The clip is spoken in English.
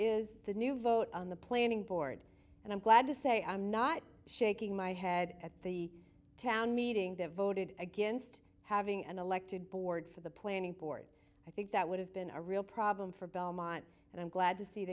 is the new vote on the planning board and i'm glad to say i'm not shaking my head at the town meeting that voted against having an elected board for the planning board i think that would have been a real problem for belmont and i'm glad to see